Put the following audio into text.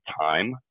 time